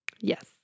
Yes